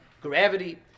gravity